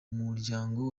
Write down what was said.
muryango